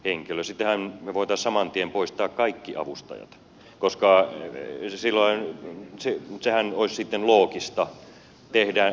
sittenhän me voisimme saman tien poistaa kaikki avustajat koska sehän olisi sitten loogista tehdä näin